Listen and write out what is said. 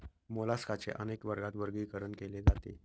मोलास्काचे अनेक वर्गात वर्गीकरण केले जाते